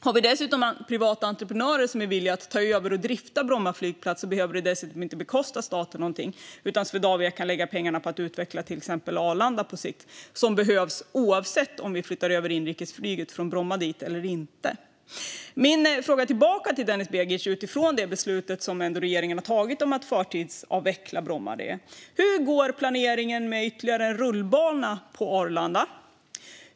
Om vi dessutom har privata entreprenörer som är villiga att ta över och drifta Bromma flygplats behöver det inte kosta staten något, utan Swedavia kan lägga pengarna på att utveckla till exempel Arlanda på sikt. Det behövs oavsett om vi flyttar över inrikesflyget från Bromma dit eller inte. Mina frågor tillbaka till Denis Begic utifrån det beslut som regeringen har tagit om att förtidsavveckla Bromma är: Hur går planeringen med ytterligare en rullbana på Arlanda?